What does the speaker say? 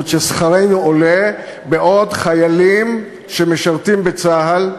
ששכרנו עולה בעוד חיילים שמשרתים בארץ,